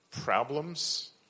problems